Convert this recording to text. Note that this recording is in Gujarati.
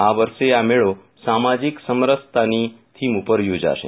આ વર્ષે આ મેળો સામાજિક સમરસત્તાની થીમ ઉપર યોજાશે